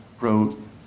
wrote